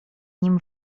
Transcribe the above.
nim